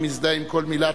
אני מזדהה עם כל מלה.